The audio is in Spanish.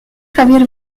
javier